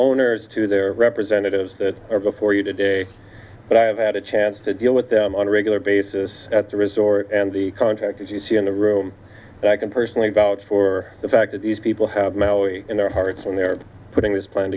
owners to their representatives that are before you today but i have had a chance to deal with them on a regular basis at the resort and the contractors you see in the room i can personally vouch for the fact that these people have in their hearts when they're putting this plan